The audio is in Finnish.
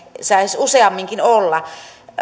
saisi useamminkin olla